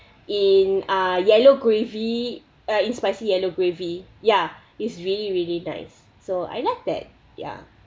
in uh yellow gravy err in spicy yellow gravy ya it's really really nice so I like that ya